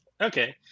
okay